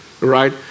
right